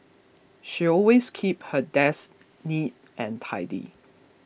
she always keep her desk neat and tidy